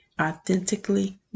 authentically